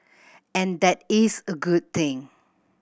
and that is a good thing